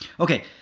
ok,